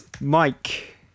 Mike